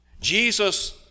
Jesus